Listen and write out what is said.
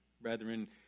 Brethren